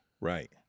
right